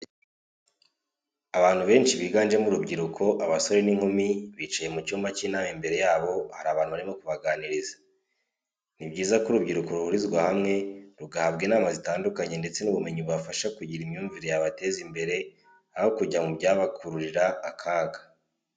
Abantu benshi biganjemo urubyiruko abasore n'inkumi bicaye mu cyumba cy'inama imbere yabo hari abantu barimo kubaganiriza. Ni byiza ko urubyiruko ruhurizwa hamwe rugahabwa inama zitandukanye ndetse n'ubumenyi bubafasha kugira imyumvire yabateza imbere, aho kujya mu byabakururira akaga.